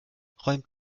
räumt